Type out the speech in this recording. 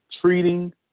treating